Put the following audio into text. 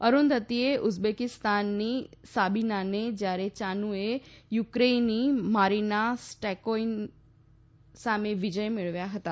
અરૂંધતીએ ઉઝબેકીસ્તાનની સાબીનાને જ્યારે યાનુએ યુક્રેઈની મારીના સ્ટોઈકો સામે વિજય મેળવ્યા હતાં